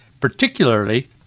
particularly